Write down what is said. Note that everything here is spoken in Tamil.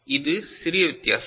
இது சிறிய வித்தியாசம்